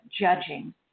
judging